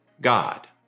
God